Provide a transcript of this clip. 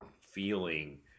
feeling